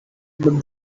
but